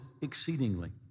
exceedingly